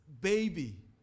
baby